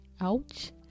ouch